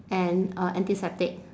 and uh antiseptic